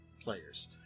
players